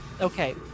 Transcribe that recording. Okay